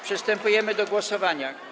Przystępujemy do głosowania.